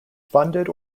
funded